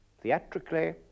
theatrically